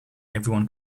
everyone